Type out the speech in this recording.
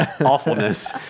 awfulness